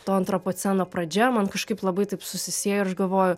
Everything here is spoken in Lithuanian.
to antropoceno pradžia man kažkaip labai taip susisiejo ir aš galvoju